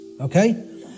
okay